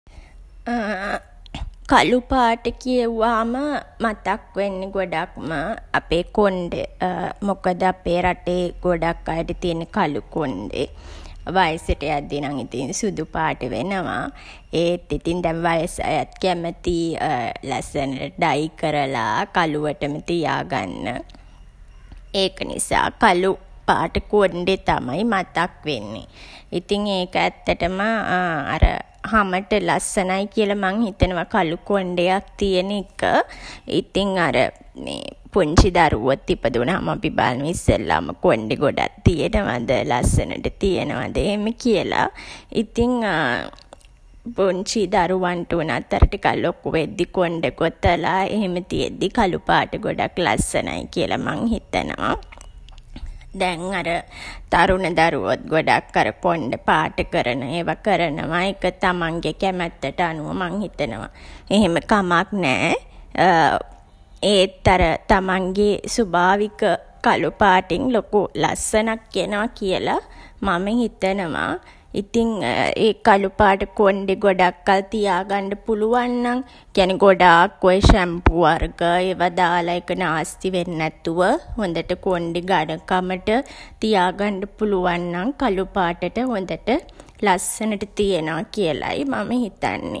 කළු පාට කිව්වහම මතක් වෙන්නේ ගොඩක්ම අපේ කොණ්ඩෙ. මොකද අපේ රටේ ගොඩක් අයට තියෙන්නේ කළු කොණ්ඩේ. වයසට යද්දී නම් ඉතින් සුදු පාට වෙනවා. ඒත් ඉතින් දැන් වයස අයත් කැමතියි ලස්සනට ඩයි කරලා කළුවටම තියාගන්න. ඒක නිසා කළු පාට කොණ්ඩේ තමයි මතක් වෙන්නේ. ඉතින් ඒක ඇත්තටම අර හමට ලස්සනයි කියලා මම හිතනවා කළු කොණ්ඩයක් තියෙන එක. ඉතින් අර පුංචි දරුවොත් ඉපදුනහම අපි බලනවා ඉස්සල්ලාම කොණ්ඩේ ගොඩක් තියෙනවද, ලස්සනට තියෙනවද එහෙම කියලා. ඉතින් පුංචි දරුවන්ට වුණත් අර ටිකක් ලොකු වෙද්දී කොණ්ඩේ ගොතලා එහෙම තියෙද්දී කළු පාට ගොඩක් ලස්සනයි කියලා මං හිතනවා. දැන් අර තරුණ දරුවොත් ගොඩක් අර කොණ්ඩ පාට කරන ඒවා කරනවා. ඒක තමන්ගේ කැමැත්තට අනුව මං හිතනවා එහෙම කමක් නෑ. ඒත් අර තමන්ගේ ස්වභාවික කළු පාටින් ලොකු ලස්සනක් එනවා කියලා මම හිතනවා. ඉතින් ඒ කළු පාට කොණ්ඩේ ගොඩක් කල් තියාගන්ඩ පුළුවන් නම්, ඒ කියන්නේ ගොඩාක් ඔය ෂැම්පු වර්ග ඒවා දාල ඒක නාස්ති වෙන්නේ නැතුව, හොඳට කොණ්ඩේ ඝනකමට තියාගන්ඩ පුළුවන් නම් කළු පාටට හොඳට ලස්සනට තියෙනවා කියලයි මම හිතන්නේ.